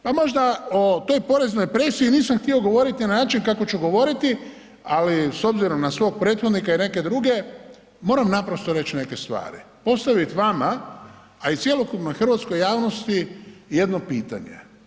Pa možda o toj poreznoj presiji nisam htio govoriti na način kako ću govoriti ali s obzirom na svog prethodnika i neke druge moram naprosto reći neke stvari, postaviti vama a i cjelokupnoj hrvatskoj javnosti jedno pitanje.